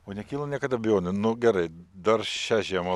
o nekyla niekad abejonių nu gerai dar šią žiemą